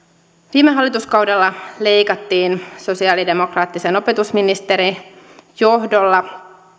viime hallituskaudella leikattiin sosialidemokraattisen opetusministerin johdolla